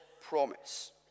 promise